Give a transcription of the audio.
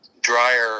drier